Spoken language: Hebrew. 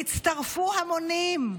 הצטרפו המונים.